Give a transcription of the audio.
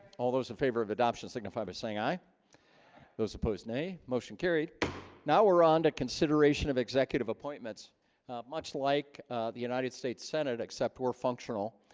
all those in favor of adoption signify by saying aye those opposed nay motion carried now we're on to consideration of executive appointments much like the united states senate except. we're functional